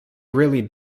really